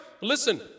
listen